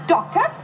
Doctor